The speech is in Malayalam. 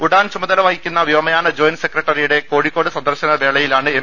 ഉഡാൻ ചുമതല വഹിക്കുന്ന വ്യോമയാന ജോയിന്റ് സെക്രട്ടറിയുടെ കോഴിക്കോട് സന്ദർശന വേളയിലാണ് എം